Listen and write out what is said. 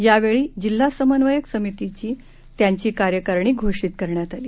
यावेळी जिल्हा समन्वयक समितीची त्यांची कार्यकारिणी घोषित करण्यात आली